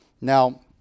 Now